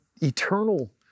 eternal